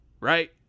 right